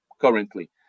currently